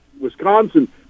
Wisconsin